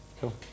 Cool